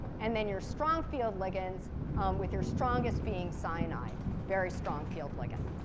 and then your strong field ligands with your strongest being cyanide. very strong field ligand.